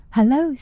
Hello